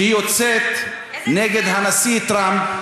יוצאת נגד הנשיא טראמפ,